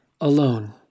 alone